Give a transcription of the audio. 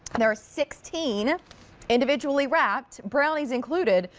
and there are sixteen individually wrapped, brownies included,